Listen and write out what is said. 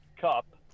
Cup